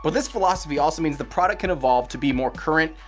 but this philosophy also means the product can evolve to be more current,